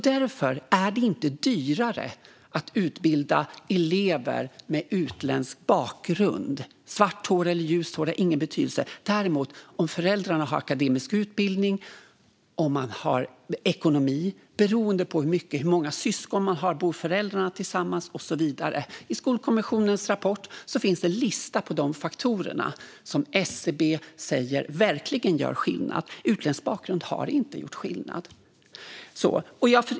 Därför är det inte dyrare att utbilda elever med utländsk bakgrund - svart hår eller ljust hår har ingen betydelse. Det har däremot betydelse om föräldrarna har akademisk utbildning, hur ekonomin ser ut, hur många syskon man har, om föräldrarna bor tillsammans och så vidare. I Skolkommissionens rapport finns en lista på de faktorer som SCB säger verkligen gör skillnad. Utländsk bakgrund har inte gjort skillnad.